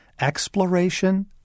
Exploration